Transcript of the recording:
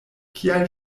kial